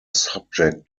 subject